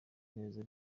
neza